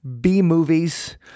B-movies